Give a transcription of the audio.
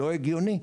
לא הגיוני,